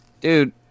dude